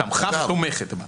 תמכה ותומכת.